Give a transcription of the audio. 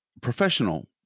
professional